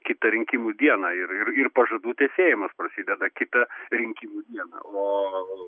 kitą rinkimų dieną ir ir pažadų tesėjimas prasideda kitą rinkimų dieną o